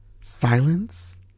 silence